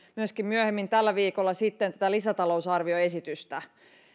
myöhemmin tällä viikolla myöskin tätä lisätalousarvioesitystä